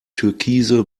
türkise